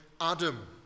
Adam